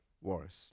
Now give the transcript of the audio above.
worse